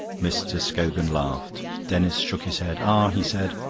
mr. scogan laughed. denis shook his head. ah, he said,